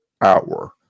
hour